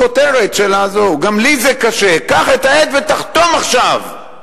הכותרת, "גם לי זה קשה, קח את העט ותחתום עכשיו"